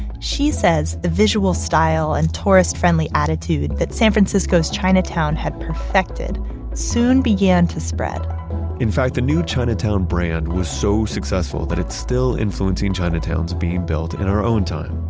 she says the visual style and tourist-friendly attitude that san francisco's chinatown had perfected soon began to spread in fact, the new chinatown brand was so successful that it's still influencing chinatown's being built in our own time.